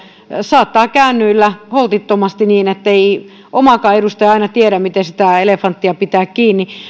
saattaa kääntyillä holtittomasti niin ettei omakaan edustaja aina tiedä miten sitä elefanttia pitää kiinni